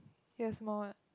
he has more what